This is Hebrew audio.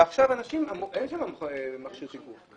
אין שם מכשיר תיקוף.